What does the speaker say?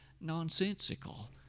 nonsensical